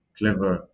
clever